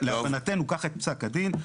להבנתנו ככה את פסק הדין,